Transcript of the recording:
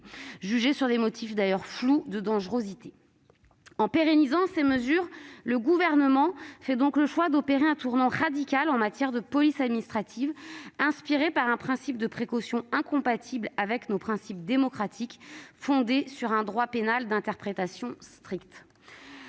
jugées sur des motifs d'ailleurs flous de dangerosité. En pérennisant ces mesures, le Gouvernement fait donc le choix d'opérer un tournant radical en matière de police administrative, inspiré par un principe de précaution incompatible avec nos principes démocratiques fondés sur un droit pénal d'interprétation stricte.